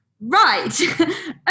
right